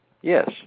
Yes